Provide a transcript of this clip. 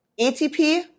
ATP